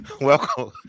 welcome